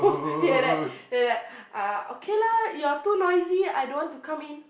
he like that he like uh okay lah you're too noisy I don't want to come in